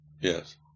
yes